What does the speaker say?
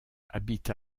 habite